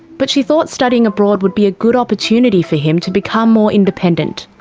but she thought studying abroad would be a good opportunity for him to become more independent.